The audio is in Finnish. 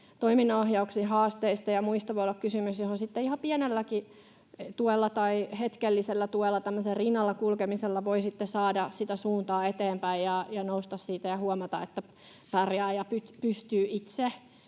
toiminnanohjauksen haasteista ja muista voi olla kysymys, jolloin sitten ihan pienelläkin tuella tai hetkellisellä tuella, rinnalla kulkemisella, voi sitten saada sitä suuntaa eteenpäin ja nousta siitä ja huomata, että pärjää ja pystyy itse.